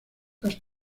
las